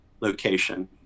location